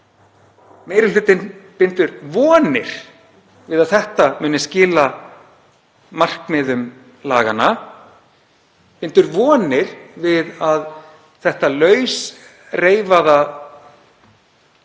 Meiri hlutinn bindur vonir við að þetta muni skila markmiðum laganna, bindur vonir við að þessi lausreifaða nálgun